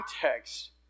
context